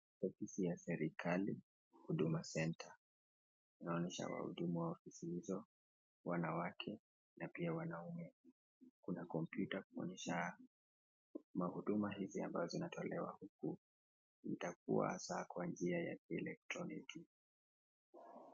Ofisi ya serikali, huduma center. Inaonyesha wahudumu wa ofisi hizo, wanawake na pia wanaume. Kuna kompyuta kumaanisha mahuduma hizi ambazo zinatolewa huku itakuwa sawa kwa njia ya kielektroniki.